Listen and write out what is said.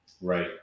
Right